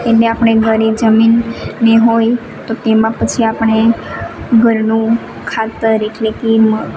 એને આપણે ઘરે જમીનને હોય તો તેમાં પછી આપણે ઘરનું ખાતર એટલે કે